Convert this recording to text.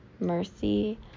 mercy